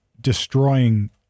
destroying